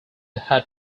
had